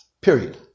Period